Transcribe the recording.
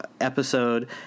episode